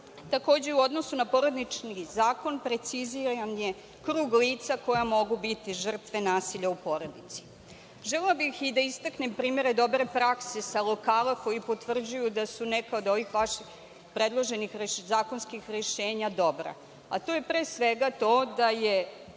Takođe, u odnosu na porodični zakon preciziran je krug lica koja mogu biti žrtve nasilja u porodici. Želela bih da istaknem primere dobre prakse sa lokala koji potvrđuju da su neka od ovih vaših predloženih zakonskih rešenja dobra. To je pre svega to da je